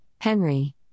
Henry